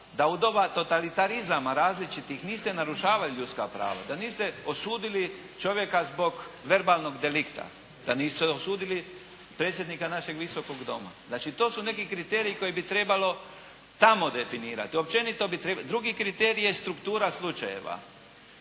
da u doba totalitarizama različitih niste narušavali ljudska prava, da niste osudili čovjeka zbog verbalnog delikta, da niste osudili predsjednika našeg Visokog doma. Znači to su neki kriteriji koje bi trebalo tamo definirati. Općenito bi, drugi kriterij jest struktura slučajeva.